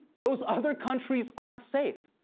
those other countries aren't safe.